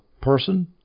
person